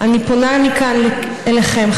אני פונה מכאן אליכם,